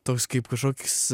toks kaip kažkoks